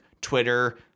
Twitter